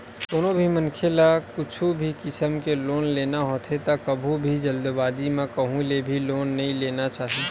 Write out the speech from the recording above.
कोनो भी मनखे ल कुछु भी किसम के लोन लेना होथे त कभू भी जल्दीबाजी म कहूँ ले भी लोन नइ ले लेना चाही